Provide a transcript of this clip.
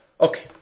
Okay